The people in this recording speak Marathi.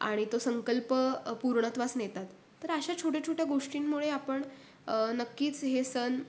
आणि तो संकल्प अ पूर्णत्वास नेतात तर अशा छोट्या छोट्या गोष्टींमुळे आपण नक्कीच हे सण